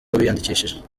biyandikishije